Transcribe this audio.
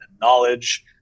knowledge